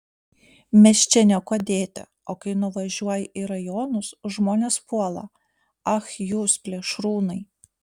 mes čia niekuo dėti o kai nuvažiuoji į rajonus žmonės puola ach jūs plėšrūnai